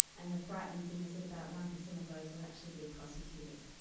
and the frightening thing is that about one per cent of those will actually be prosecuted.